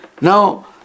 Now